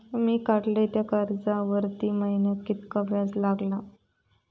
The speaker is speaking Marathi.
मी काडलय त्या कर्जावरती महिन्याक कीतक्या व्याज लागला?